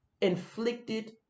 inflicted